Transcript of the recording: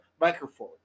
microphone